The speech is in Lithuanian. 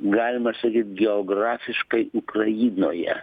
galima sakyt geografiškai ukrainoje